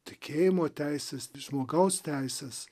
tikėjimo teises žmogaus teises